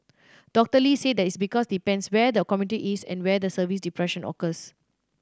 Doctor Lee said that's because it depends where the commuter is and where the service disruption occurs